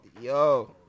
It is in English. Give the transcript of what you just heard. Yo